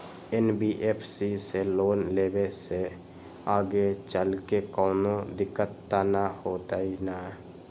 NBFC से loan लेबे से आगेचलके कौनो दिक्कत त न होतई न?